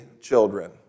children